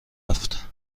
رفت